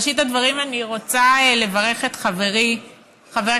בראשית הדברים אני רוצה לברך את חברי חבר